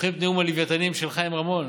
זוכרים את נאום הלווייתנים של חיים רמון?